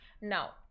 Now